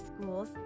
schools